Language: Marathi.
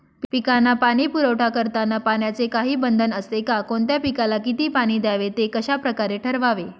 पिकांना पाणी पुरवठा करताना पाण्याचे काही बंधन असते का? कोणत्या पिकाला किती पाणी द्यावे ते कशाप्रकारे ठरवावे?